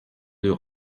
deux